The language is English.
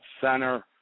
Center